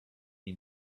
you